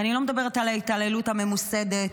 ואני לא מדברת על ההתעללות הממוסדת,